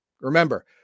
Remember